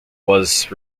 was